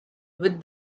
with